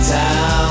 town